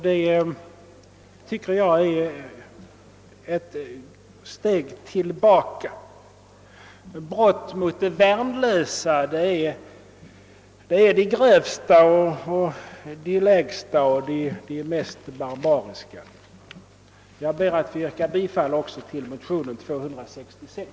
Det är ett steg tillbaka. Brott mot värnlösa är det grövsta, lägsta och mest barbariska. Herr talman! Jag ber att få yrka bifall till motionen II: 266.